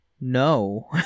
no